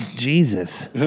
Jesus